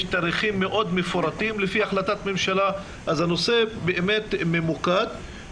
יש תאריכים מפורטים לפי החלטת ממשלה אז הנושא באמת ממוקד,